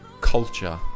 culture